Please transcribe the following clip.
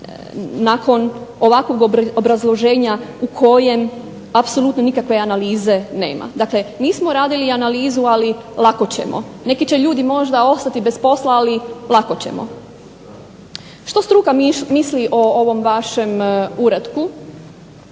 nakon ovakvog obrazloženja u kojem apsolutno nikakve analize nema. Dakle nismo radili analizu, ali lako ćemo. Neki će ljudi možda ostati bez posla, ali lako ćemo. Što struka misli o ovom vašem uratku,